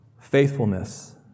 Faithfulness